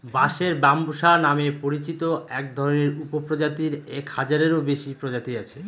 বাঁশের ব্যম্বুসা নামে পরিচিত একধরনের উপপ্রজাতির এক হাজারেরও বেশি প্রজাতি আছে